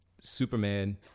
Superman